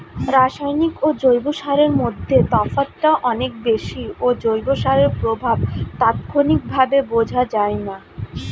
রাসায়নিক ও জৈব সারের মধ্যে তফাৎটা অনেক বেশি ও জৈব সারের প্রভাব তাৎক্ষণিকভাবে বোঝা যায়না